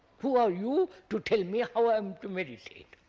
who are you to tell me how i am to meditate?